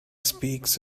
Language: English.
speaks